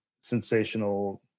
sensational